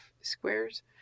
squares